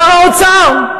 שר האוצר.